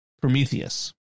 Prometheus